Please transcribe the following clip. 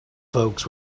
folks